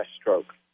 stroke